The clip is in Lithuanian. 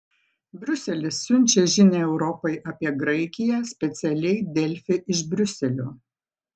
briuselis siunčia žinią europai apie graikiją specialiai delfi iš briuselio